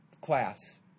class